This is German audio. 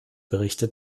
berichte